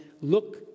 look